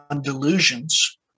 delusions